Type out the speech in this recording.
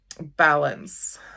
balance